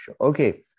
Okay